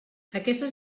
aquestes